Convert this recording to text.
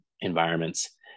environments